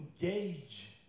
engage